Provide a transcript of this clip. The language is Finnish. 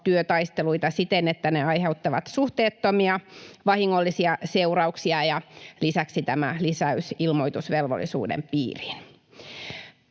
myötätuntotyötaisteluita siten, että ne aiheuttavat suhteettomia, vahingollisia seurauksia, ja lisäksi on tämä lisäys ilmoitusvelvollisuuden piiriin.